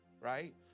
right